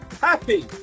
Happy